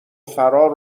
فرار